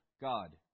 God